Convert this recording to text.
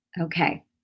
Okay